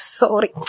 sorry